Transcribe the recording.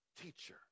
teacher